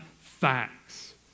facts